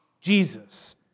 Jesus